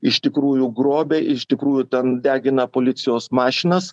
iš tikrųjų grobia iš tikrųjų ten degina policijos mašinas